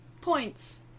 points